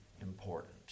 important